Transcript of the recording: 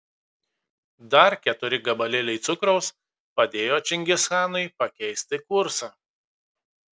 dar keturi gabalėliai cukraus padėjo čingischanui pakeisti kursą